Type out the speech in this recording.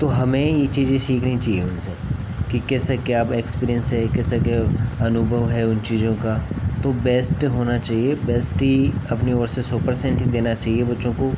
तो हमें ये चीजें सीखनी चाहिए उनसे कि कैसे क्या एक्सपीरिएन्स है कैसा क्या अनुभव है उन चीजों का तो बेस्ट होना चाहिए बेस्ट ही अपनी ओर से सौ पर्सेन्ट देना चाहिए बच्चों को